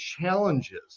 challenges